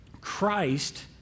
Christ